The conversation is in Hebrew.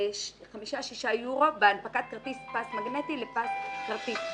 חמישה-שישה יורו בהנפקת כרטיס פס מגנטי לפס כרטיס.